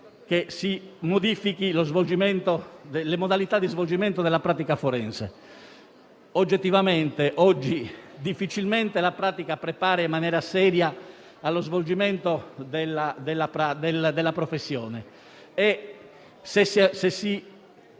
anche la modifica delle modalità di svolgimento della pratica forense. Oggettivamente è difficile che oggi la pratica prepari in maniera seria allo svolgimento della professione.